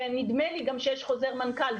ונדמה לי גם שיש חוזר מנכ"ל,